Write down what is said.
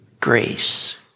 grace